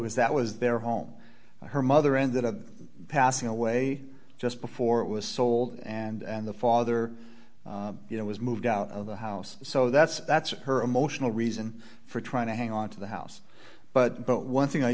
is that was their home where her mother ended up passing away just before it was sold and the father you know was moved out of the house so that's that's her emotional reason for trying to hang on to the house but but one thing i